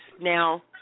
Now